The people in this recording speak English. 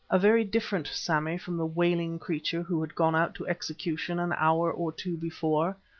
a very different sammy from the wailing creature who had gone out to execution an hour or two before.